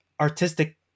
artistic